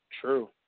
true